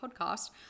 podcast